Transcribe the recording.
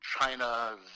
China